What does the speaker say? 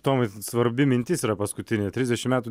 tomai svarbi mintis yra paskutinė trisdešimt metų